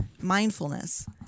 mindfulness